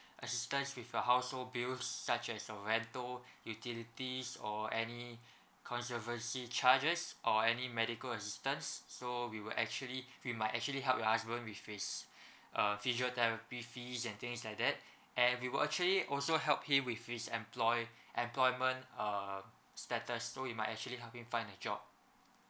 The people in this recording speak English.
assistance with your household bills such as uh rental utilities or any conservancy charges or any medical assistance so we will actually we might actually help your husband if it's uh physiotherapy fees and things like that and we will actually also help him with his employ~ employment uh status so we might actually help him to find a job